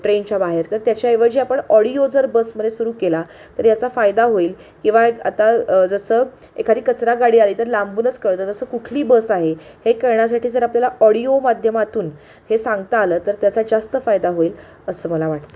ट्रेनच्या बाहेर तर त्याच्याऐवजी आपण ऑडिओ जर बसमध्ये सुरू केला तर याचा फायदा होईल किंवा एक आता जसं एखादी कचरा गाडी आली तर लांबूनच कळतं तसं कुठली बस आहे हे कळण्यासाठी जर आपल्याला ऑडिओ माध्यमातून हे सांगता आलं तर त्याचा जास्त फायदा होईल असं मला वाटतं